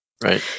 right